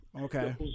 Okay